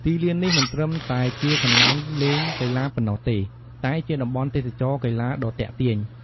ទីលាននេះមិនត្រឹមតែជាកន្លែងលេងកីឡាប៉ុណ្ណោះទេ តែជាតំបន់ទេសចរណ៍កីឡាដ៏ទាក់ទាញ។